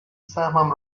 سهمم